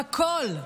בכול,